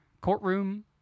courtroom